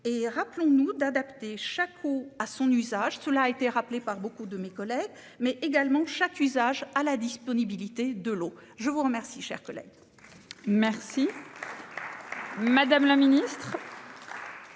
et rappelons-nous d'adapter chaque ou à son usage. Cela a été rappelé par beaucoup de mes collègues, mais également chaque usage à la disponibilité de l'eau. Je vous remercie, cher collègue. Merci. Madame la Ministre.